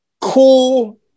cool